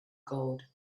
gold